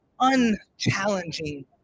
unchallenging